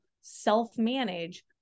self-manage